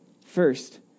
First